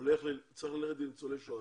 צריך ללכת לניצולי שואה.